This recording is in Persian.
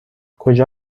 کجا